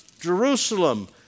Jerusalem